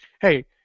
hey